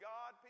God